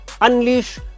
unleash